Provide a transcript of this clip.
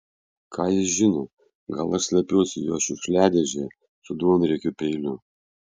ką jis žino gal aš slepiuosi jo šiukšliadėžėje su duonriekiu peiliu